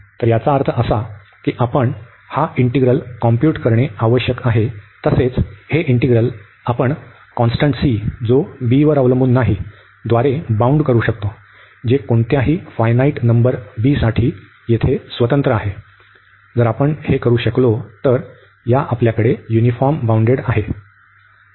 तर याचा अर्थ असा की आपण हा इंटीग्रल कॉम्प्युट करणे आवश्यक आहे तसेच हे इंटिग्रल आपण कॉन्स्टंट C जो b वर अवलंबून नाही द्वारे बाउंड करू शकतो जे कोणत्याही फायनाइट नंबर b साठी येथे स्वतंत्र आहे जर आपण हे करू शकलो तर या आपल्याकडे युनिफॉर्म बाउंडेड आहे